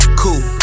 cool